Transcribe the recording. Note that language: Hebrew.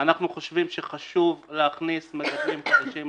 אנחנו חושבים שחשוב להכניס מדדים חדשים לענף.